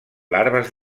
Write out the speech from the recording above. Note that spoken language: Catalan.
larves